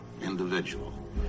individual